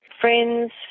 Friends